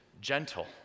gentle